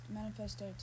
manifesto